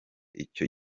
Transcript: icyo